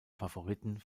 favoriten